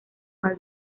mal